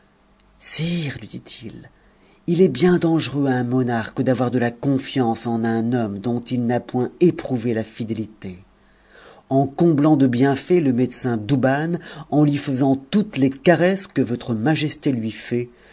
lui dit-il il est bien dangereux à un monarque d'avoir de la confiance en un homme dont il n'a point éprouvé la fidélité en comblant de bienfaits le médecin douban en lui faisant toutes les caresses que votre majesté lui fait